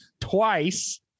twice